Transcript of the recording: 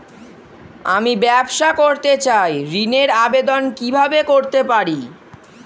আমি ব্যবসা করতে চাই ঋণের আবেদন কিভাবে করতে পারি?